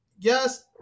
yes